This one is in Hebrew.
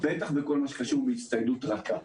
בטח בכל מה שקשור להצטיידות רכה.